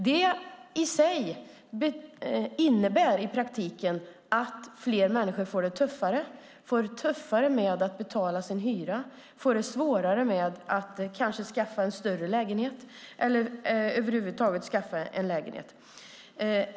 Detta innebär i praktiken att fler människor får det tuffare att betala sin hyra, får det svårare att skaffa en större lägenhet eller över huvud taget skaffa en lägenhet.